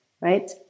right